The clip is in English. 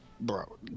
bro